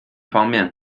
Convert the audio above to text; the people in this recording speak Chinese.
方面